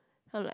I'm like